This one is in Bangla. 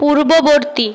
পূর্ববর্তী